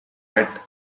wet